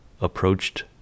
approached